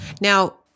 Now